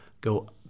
go